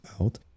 out